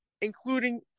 including